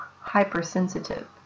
hypersensitive